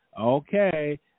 Okay